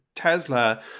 Tesla